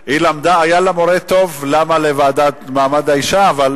לדיון מוקדם בוועדה לקידום מעמד האשה נתקבלה.